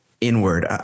Inward